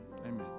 amen